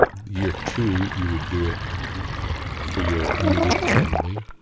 year two, you would do it for your immediate family.